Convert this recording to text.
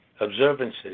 observances